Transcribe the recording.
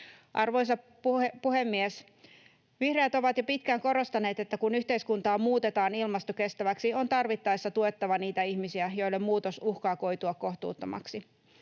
Arvoisa puhemies! Vihreät ovat jo pitkään korostaneet, että kun yhteiskuntaa muutetaan ilmastokestäväksi, on tarvittaessa tuettava niitä ihmisiä, joille muutos uhkaa koitua kohtuuttomaksi.